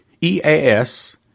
EAS